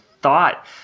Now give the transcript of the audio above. thought